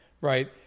right